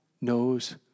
knows